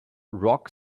rock